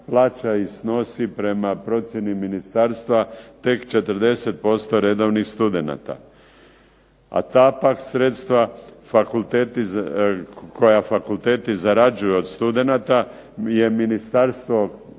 i snosi prema procjeni ministarstva tek 40% redovnih studenata. A ta pak sredstva koja fakulteti zarađuju od studenata je ministarstvo